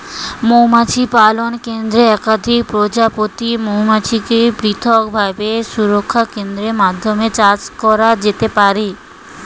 মৌমাছি পালন কেন্দ্রে একাধিক প্রজাতির মৌমাছিকে পৃথকভাবে সংরক্ষণের মাধ্যমে চাষ করা যেতে পারে